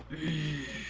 the